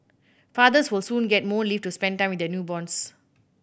fathers will soon get more leave to spend time with their newborns